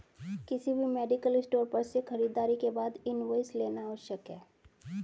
किसी भी medical store पर से खरीदारी के बाद इनवॉइस लेना आवश्यक है